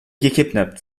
gekidnappt